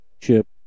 chip